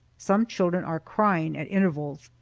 some children are crying, at intervals.